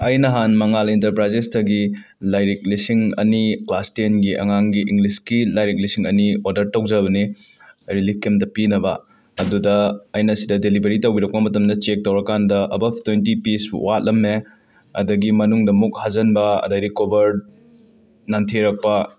ꯑꯩ ꯅꯍꯥꯟ ꯃꯉꯥꯜ ꯏꯟꯇꯔꯄ꯭ꯔꯥꯏꯖꯦꯁꯇꯒꯤ ꯂꯥꯏꯔꯤꯛ ꯂꯤꯁꯤꯡ ꯑꯅꯤ ꯀ꯭ꯂꯥꯁ ꯇꯦꯟꯒꯤ ꯑꯉꯥꯡꯒꯤ ꯏꯡꯂꯤꯁꯀꯤ ꯂꯥꯏꯔꯤꯛ ꯂꯤꯁꯤꯡ ꯑꯅꯤ ꯑꯣꯔꯗꯔ ꯇꯧꯖꯕꯅꯤ ꯔꯤꯂꯤꯞ ꯀꯦꯝꯗ ꯄꯤꯅꯕ ꯑꯗꯨꯗ ꯑꯩꯅ ꯁꯤꯗ ꯗꯦꯂꯤꯕꯔꯤ ꯇꯧꯕꯤꯔꯛꯄ ꯃꯇꯝꯗ ꯆꯦꯛ ꯇꯧꯔꯀꯥꯟꯗ ꯑꯕꯞ ꯇꯣꯏꯟꯇꯤ ꯄꯤꯁ ꯋꯥꯠꯂꯝꯃꯦ ꯑꯗꯒꯤ ꯃꯅꯨꯡꯗ ꯃꯨꯛ ꯍꯥꯖꯟꯕ ꯑꯗꯒꯤ ꯀꯣꯕꯔ ꯅꯟꯊꯦꯔꯛꯄ